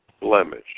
blemish